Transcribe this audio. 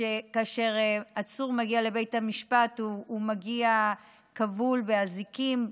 שכאשר עצור מגיע לבית המשפט הוא מגיע כבול באזיקים,